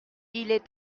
est